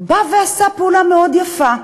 בא ועשה פעולה מאוד יפה.